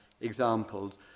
examples